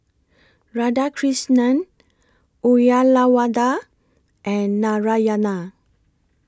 Radhakrishnan Uyyalawada and Narayana